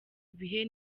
bihe